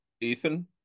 ethan